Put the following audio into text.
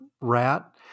rat